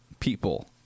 people